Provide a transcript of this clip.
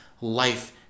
life